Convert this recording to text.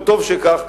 וטוב שכך,